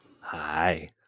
Hi